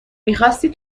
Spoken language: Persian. میخاستی